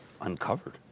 uncovered